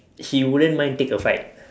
he wouldn't mind to take a fight